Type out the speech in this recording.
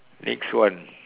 next one